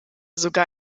sogar